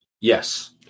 Yes